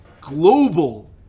global